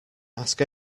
ask